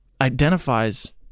identifies